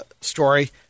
story